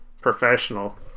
professional